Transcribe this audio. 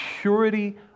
purity